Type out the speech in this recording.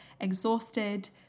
exhausted